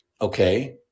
Okay